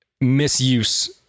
misuse